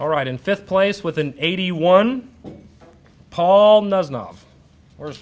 all right in fifth place with an eighty one paul